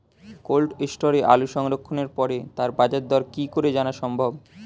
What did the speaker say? Cold স্টোরে আলু সংরক্ষণের পরে তার বাজারদর কি করে জানা সম্ভব?